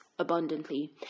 Abundantly